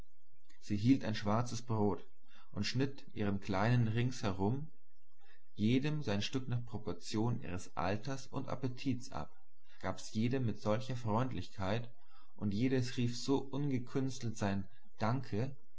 sie hielt ein schwarzes brot und schnitt ihren kleinen rings herum jedem sein stück nach proportion ihres alters und appetits ab gab's jedem mit solcher freundlichkeit und jedes rief so ungekünstelt sein danke